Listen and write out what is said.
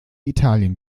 italien